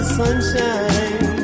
sunshine